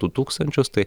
du tūkstančius tai